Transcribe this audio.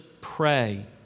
pray